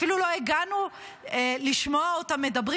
אפילו לא הגענו לשמוע אותם מדברים,